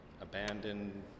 abandoned